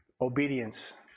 obedience